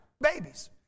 Babies